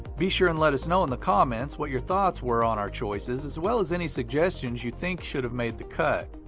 be sure and let us know in the comments what your thought were on our choices as well as any suggestions you think should have made the cut.